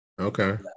Okay